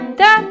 da